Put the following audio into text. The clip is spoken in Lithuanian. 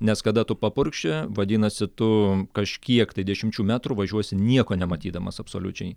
nes kada tu papurkši vadinasi tu kažkiek tai dešimčių metrų važiuosi nieko nematydamas absoliučiai